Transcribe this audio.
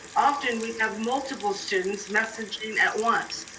often we have multiple students messaging at once.